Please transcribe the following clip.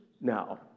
now